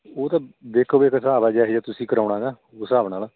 ਉਹ ਤਾਂ ਦੇਖੋ ਵੇਖ ਹਿਸਾਬ ਦਾ ਜਿਹਾ ਜਾ ਤੁਸੀਂ ਕਰਾਉਣਾ ਗਾ ਉਸ ਹਿਸਾਬ ਨਾਲ